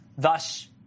Thus